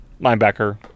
Linebacker